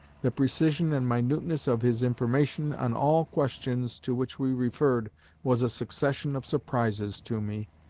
the precision and minuteness of his information on all questions to which we referred was a succession of surprises to me.